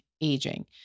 aging